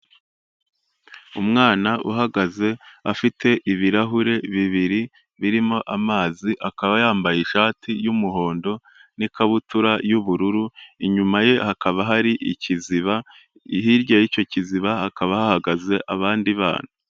Umwana uhagaze afite ibirahure bibiri birimo amazi akaba yambaye ishati y'umuhondo n'ikabutura y'ubururu, inyuma ye hakaba hari ikiziba hirya y'icyo kiziba hakaba hahagaze abandi bana.